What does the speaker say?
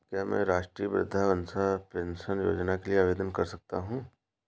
क्या मैं राष्ट्रीय वृद्धावस्था पेंशन योजना के लिए आवेदन कर सकता हूँ?